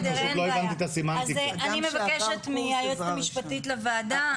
אז אני מבקשת מהיועצת המשפטית לוועדה: